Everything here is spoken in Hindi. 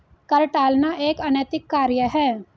कर टालना एक अनैतिक कार्य है